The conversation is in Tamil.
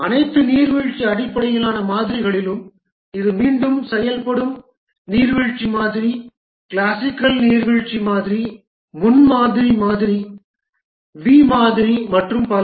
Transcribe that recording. அனைத்து நீர்வீழ்ச்சி அடிப்படையிலான மாதிரிகளிலும் இது மீண்டும் செயல்படும் நீர்வீழ்ச்சி மாதிரி கிளாசிக்கல் நீர்வீழ்ச்சி மாதிரி முன்மாதிரி மாதிரி வி மாதிரி மற்றும் பல